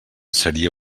seria